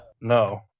No